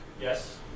Yes